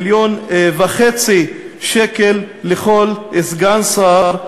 מיליון וחצי שקל לכל סגן שר,